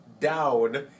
Down